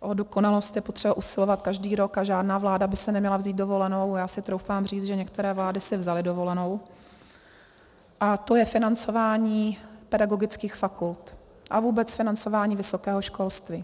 o dokonalost je potřeba usilovat každý rok a žádná vláda by si neměla vzít dovolenou, a já si troufám říct, že některé vlády si vzaly dovolenou a to je financování pedagogických fakult a vůbec financování vysokého školství.